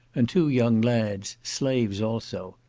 and two young lads, slaves also.